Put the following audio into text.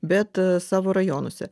bet savo rajonuose